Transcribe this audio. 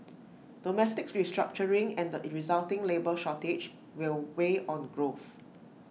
domestic restructuring and the resulting labour shortage will weigh on growth